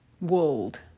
world